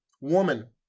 woman